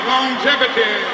Longevity